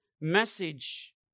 message